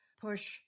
push